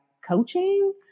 Coaching